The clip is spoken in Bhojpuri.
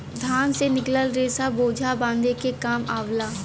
धान से निकलल रेसा बोझा बांधे के काम आवला